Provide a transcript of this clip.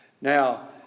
now